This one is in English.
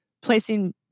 placing